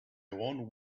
owned